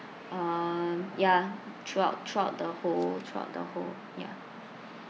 um ya throughout throughout the whole throughout the whole ya